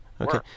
Okay